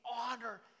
honor